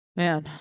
man